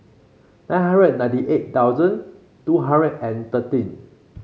nine hundred ninety eight thousand two hundred and thirteen